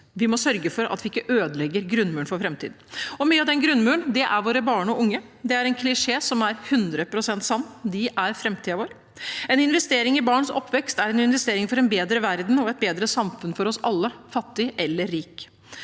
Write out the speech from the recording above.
Vi må sørge for at vi ikke ødelegger grunnmuren for framtiden, og mye av den grunnmuren er våre barn og unge. Det er en klisjé som er 100 pst. sann: De er framtiden vår. En investering i barns oppvekst er en investering i en bedre verden og et bedre samfunn for oss alle – fattig eller rik.